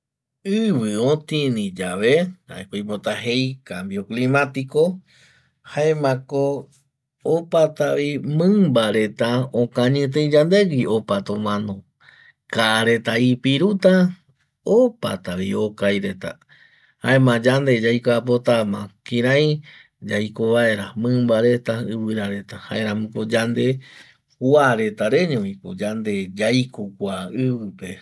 Ivi otini yave jaeko oipota jei cambio climatiko, jaemako opata mimba reta okañitei yandegui, opata omano, kaa reta ipiruta opatavi okai reta jaema yande yaikua potama kirai yaiko vaera, mimba reta, ivira reta jaeramoko yande kua reta reñoviko yande yaiko kua ivipe